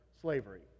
slavery